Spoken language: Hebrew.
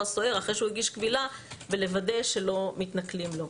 הסוהר אחרי שהוא הגיש קבילה ולוודא שלא מתנכלים לו.